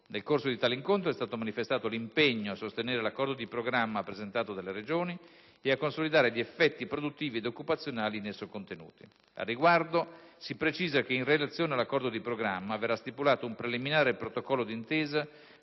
Nel corso di tale incontro, è stato manifestato l'impegno a sostenere l'accordo di programma presentato dalle Regioni e a consolidare gli effetti produttivi ed occupazionali in esso contenuti. Al riguardo, si precisa che in relazione all'accordo di programma, verrà stipulato un preliminare protocollo di intesa,